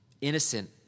Innocent